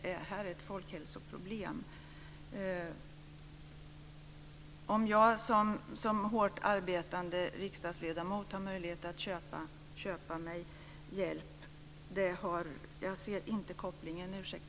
Jag ser inte kopplingen till huruvida jag som hårt arbetande riksdagsledamot har möjlighet att köpa mig hjälp - ursäkta, Ulla-Britt.